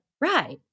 Right